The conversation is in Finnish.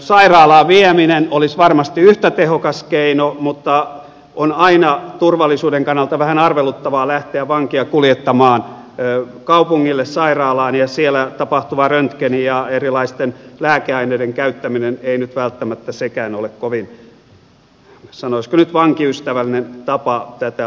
sairaalaan vieminen olisi varmasti yhtä tehokas keino mutta on aina turvallisuuden kannalta vähän arveluttavaa lähteä vankia kuljettamaan kaupungille sairaalaan ja siellä tapahtuva röntgen ja erilaisten lääkeaineiden käyttäminen ei nyt välttämättä nekään ole kovin sanoisiko nyt vankiystävällisiä tapoja tätä asiaa selvittää